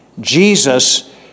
Jesus